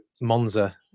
Monza